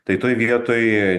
tai toj vietoj